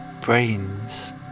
brains